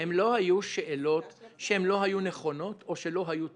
לא היו שאלות שלא היו נכונות או שלא היו טובות.